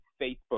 Facebook